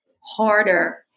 harder